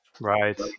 Right